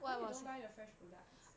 why you don't buy the fresh products